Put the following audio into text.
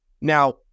Now